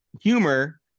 humor